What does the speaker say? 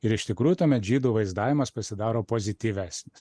ir iš tikrųjų tuomet žydų vaizdavimas pasidaro pozityvesnis